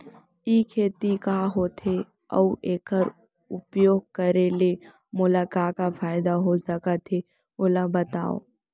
ई खेती का होथे, अऊ एखर उपयोग करे ले मोला का का फायदा हो सकत हे ओला बतावव?